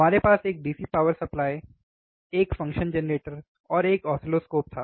हमारे पास एक DC पावर सप्लाई एक फ़ंक्शन जेनरेटर और एक ऑसिलोस्कोप था